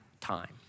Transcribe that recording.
time